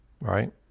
right